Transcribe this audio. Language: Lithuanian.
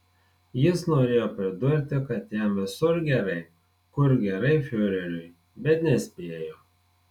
jis norėjo pridurti kad jam visur gerai kur gerai fiureriui bet nespėjo